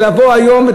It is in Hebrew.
ולבוא היום,